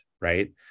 right